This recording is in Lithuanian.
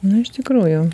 nu iš tikrųjų